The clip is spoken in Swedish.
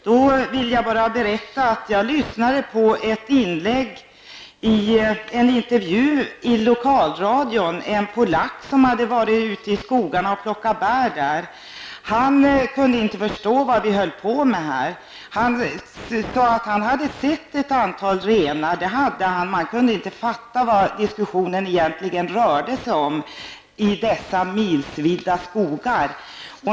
Jag vill bara berätta att jag lyssnade på ett inlägg i en intervju i lokalradion av en polack som hade varit ute i skogarna och plockat bär. Han kunde inte förstå vad vi höll på med här. Han sade att han hade sett ett antal renar. Men han kunde inte förstå vad diskussionen egentligen rörde sig om med tanke på dessa milsvida skogar.